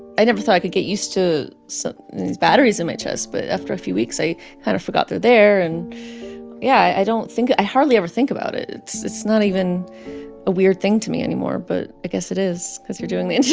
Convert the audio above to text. i never thought i could get used to some these batteries in my chest. but after a few weeks, i kind of forgot they're there. and yeah, i don't think i hardly ever think about it. it's it's not even a weird thing to me anymore. but i guess it is cause you're doing the and